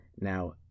Now